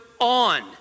on